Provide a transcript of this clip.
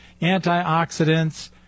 antioxidants